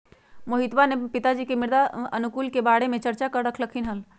मोहजीतवा के पिताजी मृदा अनुकूलक के बारे में चर्चा कर रहल खिन हल